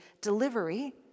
delivery